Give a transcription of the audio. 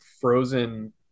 frozen